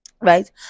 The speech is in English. right